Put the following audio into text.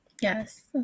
Yes